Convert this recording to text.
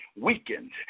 weakened